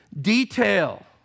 detail